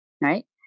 right